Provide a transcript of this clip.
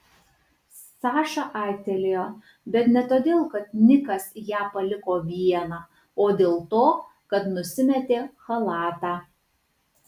saša aiktelėjo bet ne todėl kad nikas ją paliko vieną o dėl to kad nusimetė chalatą